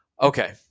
Okay